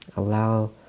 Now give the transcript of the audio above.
allow